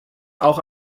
auch